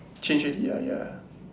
change already ah ya